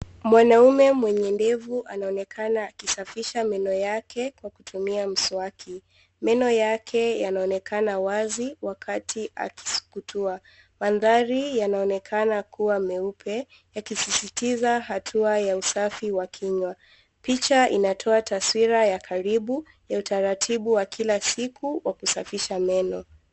Mwanaume mwenye ndevu anaonekana akisafisha meno yake kwa kutumia mswaki. Meno yake yanaonekana wazi wakati akisukutua. Mandhari yanaonekana kuwa meupe yakisisitiza hatua ya usafi wa kinywa. Picha inatoa taswira ya karibu ya utaratibu wa kila siku wa kusafisha meno.